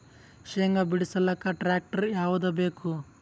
ಶೇಂಗಾ ಬಿಡಸಲಕ್ಕ ಟ್ಟ್ರ್ಯಾಕ್ಟರ್ ಯಾವದ ಬೇಕು?